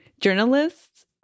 journalists